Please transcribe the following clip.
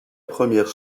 première